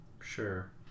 Sure